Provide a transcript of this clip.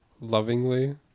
Lovingly